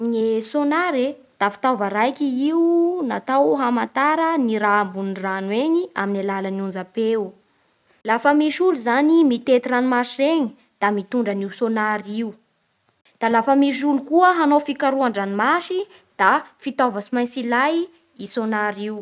Nge sonar e, da fiataova raiky i io natao hamatara ny raha ambony rano eny amin'ny alala ny onja-peo. Lafa misy olo zagny mitety ranomasy reny da mitondra an'io sonar io, da lafa misy olo koa hanao fikarohan-dranomasy da fitaova tsy maitsy ilay i sonar io.